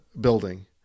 building